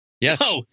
Yes